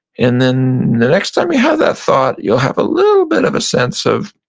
and then the next time you have that thought, you'll have a little bit of a sense of,